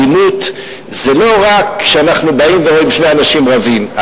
האלימות זה לא רק שאנחנו באים ורואים שני אנשים רבים.